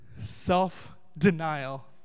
Self-denial